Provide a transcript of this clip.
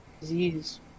disease